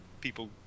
People